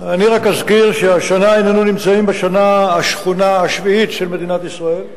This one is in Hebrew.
אני רק אזכיר שהשנה הננו נמצאים בשנה השחונה השביעית במדינת ישראל.